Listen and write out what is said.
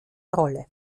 rolle